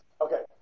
okay